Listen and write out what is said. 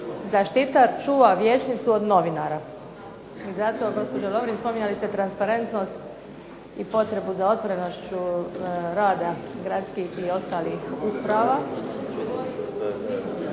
"Zaštitar čuva Vijećnicu od novinara". Dakle jutros se održava, zato gospođo Lovrin... ste transparentnost i potrebu za otvorenošću rada gradskih i ostalih uprava.